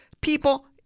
people